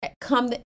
come